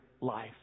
life